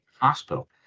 hospital